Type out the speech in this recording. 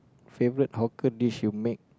favourite hawker dish you make